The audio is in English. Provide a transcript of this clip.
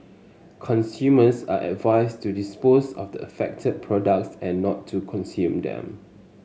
consumers are advised to dispose of the affected products and not to consume them